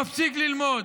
מפסיקים ללמוד,